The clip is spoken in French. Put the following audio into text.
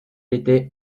était